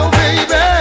baby